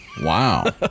Wow